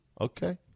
Okay